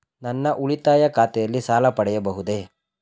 ನನ್ನ ಉಳಿತಾಯ ಖಾತೆಯಲ್ಲಿ ಸಾಲ ಪಡೆಯಬಹುದೇ?